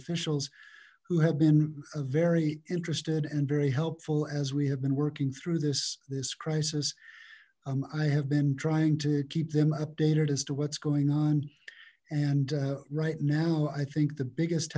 officials who have been very interested and very helpful as we have been working through this this crisis i have been trying to keep them updated as to what's going on and right now i think the biggest